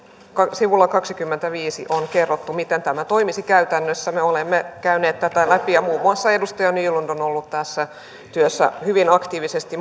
sivulla kaksikymmentäviisi on kerrottu miten tämä toimisi käytännössä me olemme käyneet tätä läpi ja muun muassa edustaja nylund on ollut tässä työssä hyvin aktiivisesti